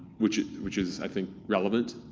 which which is i think relevant.